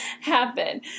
happen